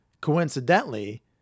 coincidentally